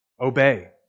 obey